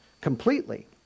completely